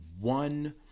one